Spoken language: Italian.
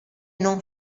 non